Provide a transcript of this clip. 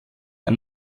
ein